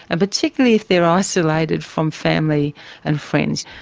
and particularly if they're isolated from family and friends.